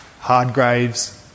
Hardgraves